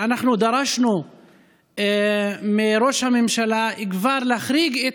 אנחנו כבר דרשנו מראש הממשלה להחריג את